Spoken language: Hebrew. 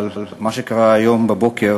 אבל מה שקרה היום בבוקר